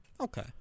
Okay